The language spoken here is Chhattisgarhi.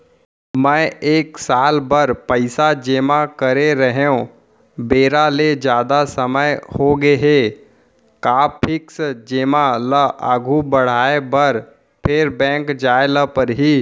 मैं एक साल बर पइसा जेमा करे रहेंव, बेरा ले जादा समय होगे हे का फिक्स जेमा ल आगू बढ़ाये बर फेर बैंक जाय ल परहि?